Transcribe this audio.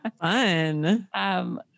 fun